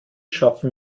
schaffen